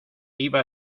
iba